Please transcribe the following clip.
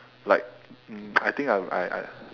like um I think I I I I